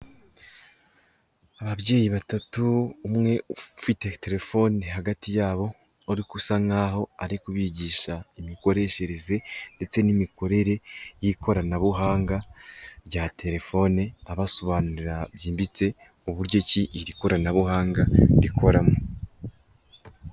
Ababyeyi batatu umwe ufite telefoni hagati yabo uri usa nk'aho ari kubigisha imikoreshereze ndetse n'imikorere y'ikoranabuhanga rya telefoni abasobanurira byimbitse uburyo iki iri koranabuhanga rikoramo.